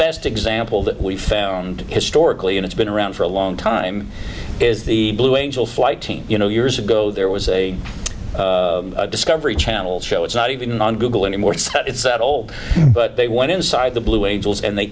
best example that we found historically and it's been around for a long time is the blue angel flight team you know years ago there was a discovery channel show it's not even on google anymore it's that old but they went inside the blue angels and the